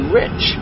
rich